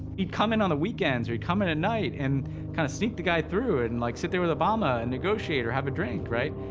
he'd come in on the weekends, or he'd come in at night, and kind of sneak the guy through and and, like, sit there with obama, and negotiate or have a drink, right?